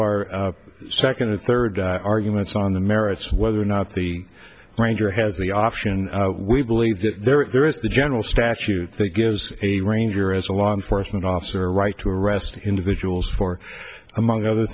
our second or third arguments on the merits whether or not the ranger has the option we believe that there is the general statute that gives a ranger as a law enforcement officer right to arrest individuals for among other